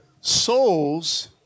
souls